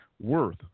worth